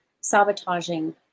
sabotaging